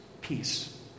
Peace